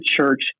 church